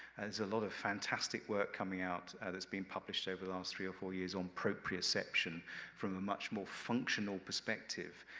there's a lot of fantastic work coming out that's been published over the last three or four years on proprioception from a much more functional perspective,